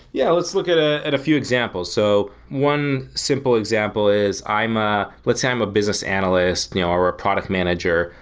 yeah. let's look at ah at a few examples. so one simple example is, ah let's say i'm a business analyst you know or a product manager.